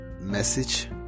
message